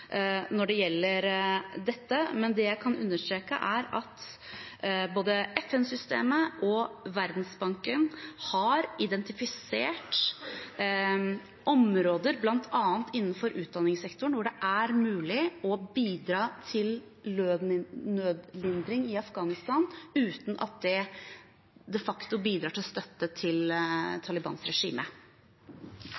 når det gjelder dette. Men det jeg kan understreke, er at både FN-systemet og Verdensbanken har identifisert områder, bl.a. innenfor utdanningssektoren, hvor det er mulig å bidra til nødlindring i Afghanistan uten at det de facto bidrar til støtte til